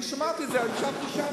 אני שמעתי את זה, אני ישבתי שם.